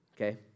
Okay